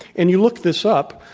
and you look this up,